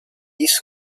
east